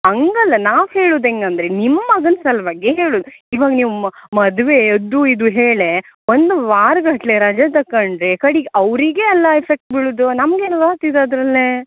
ಹಂಗೆ ಅಲ್ಲ ನಾವು ಹೇಳೋದ್ ಹೆಂಗೆ ಅಂದರೆ ನಿಮ್ಮ ಮಗಂದು ಸಲುವಾಗೇ ಹೇಳೋದ್ ಇವಾಗ ನಿಮ್ಮ ಮದುವೆ ಅದು ಇದು ಹೇಳೇ ಒಂದು ವಾರ ಗಟ್ಲೆ ರಜೆ ತಗೊಂಡ್ರೆ ಕಡೀಗೆ ಅವರಿಗೇ ಅಲ್ಲ ಎಫೆಕ್ಟ್ ಬೀಳೋದ್ ನಮ್ಗೆ ಏನು ಹೋಬೇಕ್ ಇದು ಅದರಲ್ಲೇ